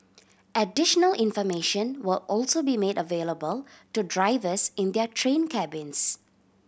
additional information will also be made available to drivers in their train cabins